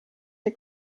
der